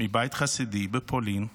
מבית חסידי בפולין,